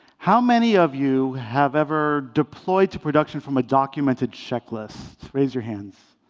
how many of you have ever deployed to production from a documented checklist? raise your hands.